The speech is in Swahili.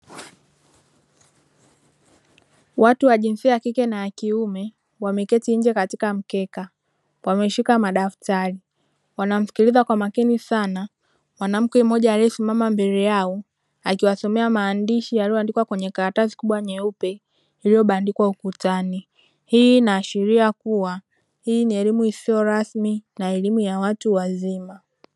Watu wa jinsia ya kike na yakiume wameketi nje katika mkeka wameshika madaftari wanamsikiliza kwa makini sana mwanamke mmoja aliyesimama mbele yao akiwasomea maandishi yaliyoandikwa kwenye karatasi kubwa nyeupe iliyobandikwa ukutani, hii inaashiria kuwa hii ni elimu isiyo rasmi na elimu ya watu wazima.